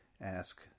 ask